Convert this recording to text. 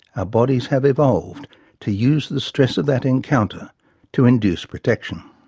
our bodies have evolved to use the stress of that encounter to induce protection.